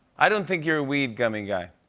i don't think you're a weed gummy guy.